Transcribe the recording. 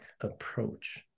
approach